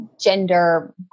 gender